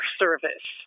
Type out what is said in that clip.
service